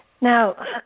Now